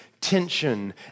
tension